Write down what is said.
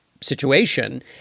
situation